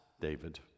David